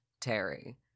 Terry